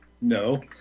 No